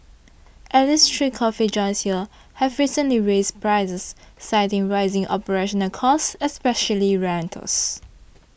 at least three coffee joints here have recently raised prices citing rising operational costs especially rentals